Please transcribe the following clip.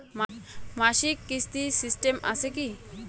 মাসিক কিস্তির সিস্টেম আছে কি?